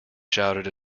shouted